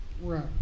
Right